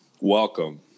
Welcome